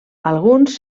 alguns